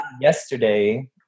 yesterday